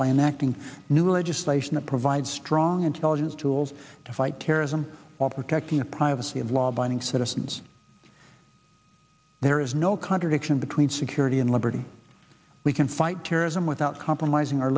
enacting new legislation that provides strong intelligence tools to fight terrorism while protecting the privacy of law abiding citizens there is no contradiction between security and liberty we can fight terrorism without compromising our